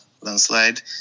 landslide